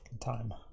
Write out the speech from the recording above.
time